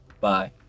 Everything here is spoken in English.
Bye